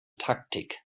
taktik